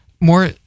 more